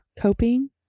Coping